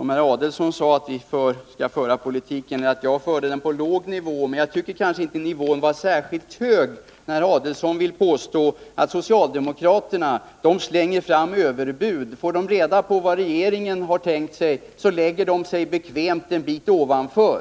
Herr Adelsohn sade att jag förde debatten på en låg nivå. Jag tyckte kanske inte att nivån var särskilt hög när herr Adelsohn påstod att socialdemokraterna bara slänger fram överbud: Får de reda på vad regeringen tänkt sig lägger de sig bekvämt en bit ovanför,